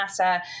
NASA